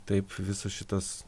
taip visas šitas